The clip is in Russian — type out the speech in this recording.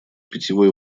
питьевой